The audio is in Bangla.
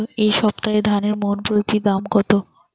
এই সপ্তাহে ধানের মন প্রতি দাম কত?